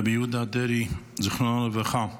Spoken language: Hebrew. רבי יהודה דרעי, זיכרונו לברכה.